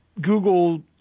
Google